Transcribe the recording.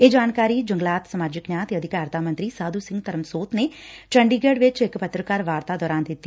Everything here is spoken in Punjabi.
ਇਹ ਜਾਣਕਾਰੀ ਜੰਗਲਾਤ ਸਮਾਜਿਕ ਨਿਆਂ ਤੇ ਅਧਿਕਾਰਤਾ ਮੰਤਰੀ ਸਾਧੁ ਸਿੰਘ ਧਰਮਸੋਤ ਨੇ ਚੰਡੀਗੜ ਚ ਇਕ ਪੱਤਰਕਾਰ ਵਾਰਤਾ ਦੌਰਾਨ ਦਿੱਤੀ